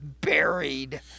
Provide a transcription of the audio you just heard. buried